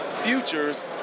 futures